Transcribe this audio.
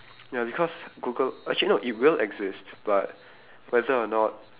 ya because Google actually no it will exist but whether or not